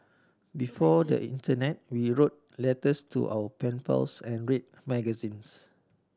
before the internet we wrote letters to our pen pals and read magazines